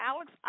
Alex